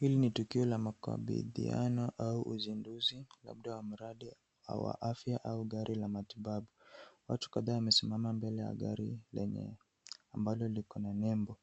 Hili ni tukio la makabidhiano au uzinduzi labda wa mradi wa afya au gari la matibabu. Watu kadhaa wamesimama mbele ya gari lenye, ambalo likona nembo.